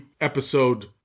episode